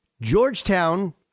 Georgetown